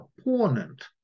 opponent